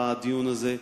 בדיון הזה,